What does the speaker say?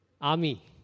army